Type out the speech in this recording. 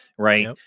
Right